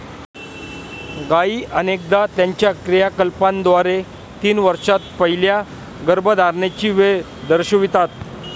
गायी अनेकदा त्यांच्या क्रियाकलापांद्वारे तीन वर्षांत पहिल्या गर्भधारणेची वेळ दर्शवितात